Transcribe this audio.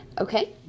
Okay